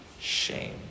shame